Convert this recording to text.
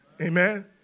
Amen